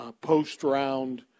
post-round